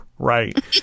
Right